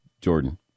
Jordan